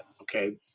Okay